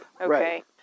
Okay